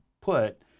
put